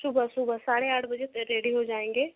सुबह सुबह साढ़े आठ बजे त रेडी हो जाएँगे